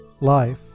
Life